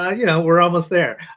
yeah you know, we're almost there.